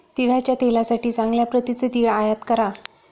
तिळाच्या तेलासाठी चांगल्या प्रतीचे तीळ आयात करा